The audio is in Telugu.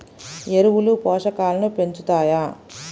ఎరువులు పోషకాలను పెంచుతాయా?